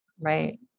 right